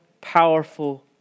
powerful